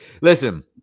Listen